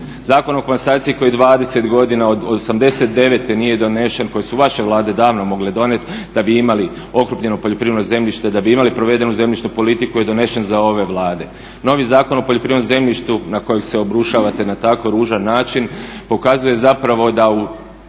Zakon o komasaciji koji 20 godina od '89. nije donesen, kojeg su vaše vlade davno mogle donijeti da bi imali okrupnjeno poljoprivredno zemljište, da bi imali provedenu zemljišnu politiku je donesen za ove Vlade. Novi Zakon o poljoprivrednom zemljištu na kojeg se obrušavate na tako ružan način pokazuje zapravo da u